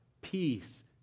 peace